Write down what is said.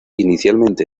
inicialmente